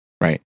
right